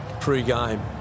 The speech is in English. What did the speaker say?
pre-game